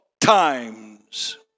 times